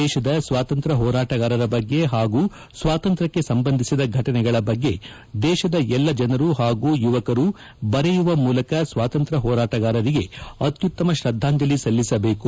ದೇಶದ ಸ್ವಾತಂತ್ರ್ಯ ಹೋರಾಟಗಾರರ ಬಗ್ಗೆ ಹಾಗೂ ಸ್ವಾತಂತ್ರ್ಯಕ್ಷೆ ಸಂಬಂಧಿಸಿದ ಘಟನೆಗಳ ಬಗ್ಗೆ ದೇಶದ ಎಲ್ಲ ಜನರಿಗೂ ಹಾಗೂ ಯುವಕರು ಬರೆಯುವ ಮೂಲಕ ಸ್ವಾತಂತ್ರ್ಯ ಹೋರಾಟಗಾರರಿಗೆ ಅತ್ಯುತ್ತಮ ತ್ರದ್ದಾಂಜಲಿ ಸಲ್ಲಿಸಬೇಕು